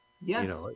Yes